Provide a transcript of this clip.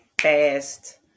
fast